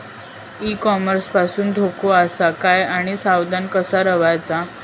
E commerce पासून धोको आसा काय आणि सावध कसा रवाचा?